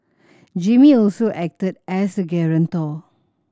Jimmy also acted as guarantor